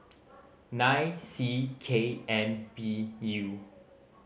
nine C K N B U